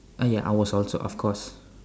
uh ya I was also of course